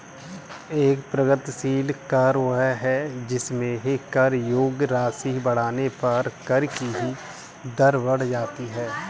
एक प्रगतिशील कर वह है जिसमें कर योग्य राशि बढ़ने पर कर की दर बढ़ जाती है